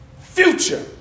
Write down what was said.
future